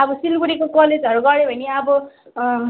अब सिलगढीको कलेजहरू गर्यो भने अब